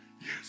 yes